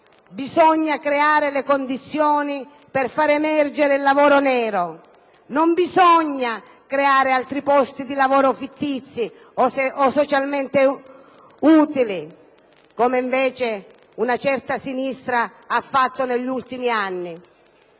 bisogna creare le condizioni per far emergere il lavoro nero, non creare altri posti di lavoro fittizi o socialmente utili, come invece una certa sinistra ha fatto negli ultimi anni.